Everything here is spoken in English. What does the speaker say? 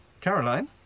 Caroline